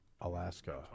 Alaska